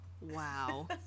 wow